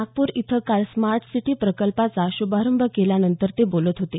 नागपूर इथं काल smart city प्रकल्पाचा श्रभारंभ केल्यानंतर ते बोलत होते